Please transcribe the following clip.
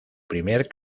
primer